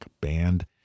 Band